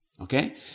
Okay